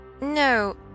No